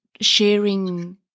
sharing